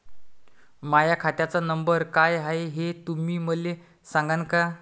माह्या खात्याचा नंबर काय हाय हे तुम्ही मले सागांन का?